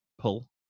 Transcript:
pull